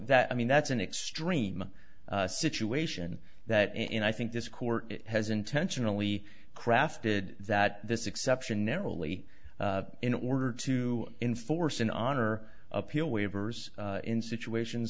that i mean that's an extreme situation that and i think this court has intentionally crafted that this exception narrowly in order to enforce an honor appeal waivers in situations